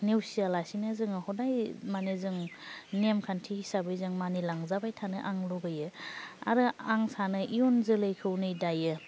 नेवसिया लासिनो जोङो हदाय मानि जों नेम खान्थि हिसाबै जों मानिलांजाबाय थानो आं लुगैयो आरो आं सानो इयुन जोलैखौ नै दायो